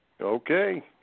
Okay